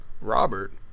Robert